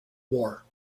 war